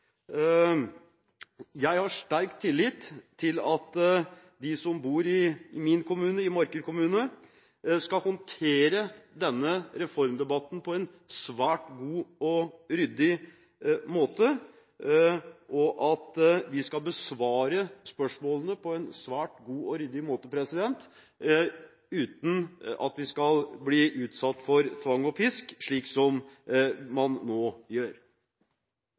Jeg har sterk tillit til at de som bor i min hjemkommune, Marker, vil håndtere denne reformdebatten på en svært god og ryddig måte. Og vi skal besvare spørsmålene på en svært god og ryddig måte, uten at vi skal bli utsatt for tvang og pisk, slik man nå gjør.